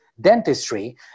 dentistry